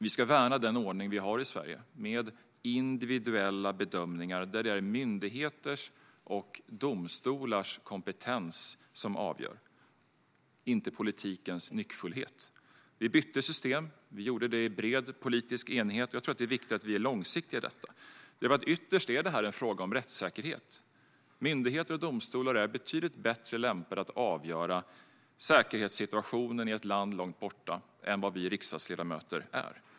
Vi ska värna den ordning som vi har i Sverige med individuella bedömningar där det är myndigheters och domstolars kompetens som avgör, inte politikens nyckfullhet. Vi bytte system i bred politisk enighet, och det är viktigt att vi är långsiktiga i detta. Ytterst är det här en fråga om rättssäkerhet. Myndigheter och domstolar är betydligt bättre lämpade att avgöra säkerhetssituationen i ett land långt borta än vad vi riksdagsledamöter är.